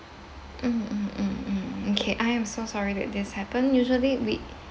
mm mm mm mm okay I am so sorry that this happen usually we